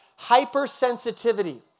hypersensitivity